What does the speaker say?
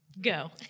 Go